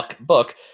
book